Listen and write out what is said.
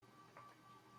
nan